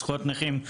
זכויות נכים,